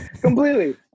Completely